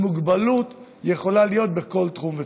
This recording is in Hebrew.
ומוגבלות יכולה להיות בכל תחום ותחום.